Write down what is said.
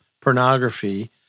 pornography